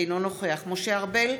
אינו נוכח משה ארבל,